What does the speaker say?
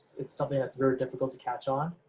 it's something that's very difficult to catch on,